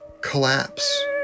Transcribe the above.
collapse